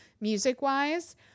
music-wise